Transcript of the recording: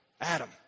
Adam